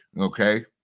okay